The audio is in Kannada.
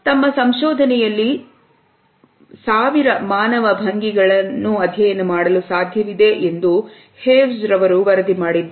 ತಮ್ಮ ಸಂಶೋಧನೆಯಲ್ಲಿ ಸಾವಿರ ಮಾನವ ಭಂಗಿಗಳ ಅಧ್ಯಯನ ಮಾಡಲು ಸಾಧ್ಯವಿದೆ ಎಂದು ಹೇವ್ಸ್ರ ರವರು ವರದಿ ಮಾಡಿದ್ದಾರೆ